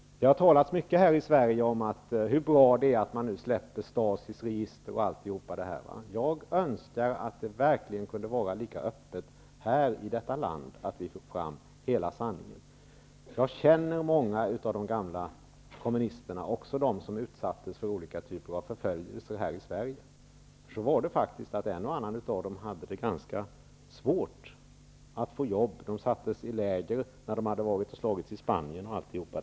Det har talats mycket här i Sverige om hur bra det är att man nu släpper utgifter från Stasis register osv. Men jag önskar att det var lika öppet i vårt land, så att vi fick fram hela sanningen. Jag känner många av de gamla kommunisterna, också dem som utsattes för olika typer av förföljelse här i Sverige. Sådant förekom faktiskt. En och annan av dem hade ganska svårt att få jobb. De placerades i läger efter att ha varit i Spanien och slagits osv.